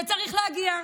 אתה צריך להגיע.